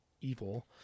evil